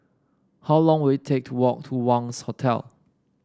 how long will it take to walk to Wangz Hotel